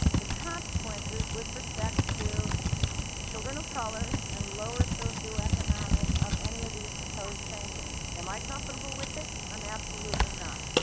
the consequences with respect to children of color and lower socioeconomic of any of these proposed changes. am i comfortable with it? i am absolutely not.